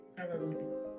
Hallelujah